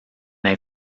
they